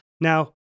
now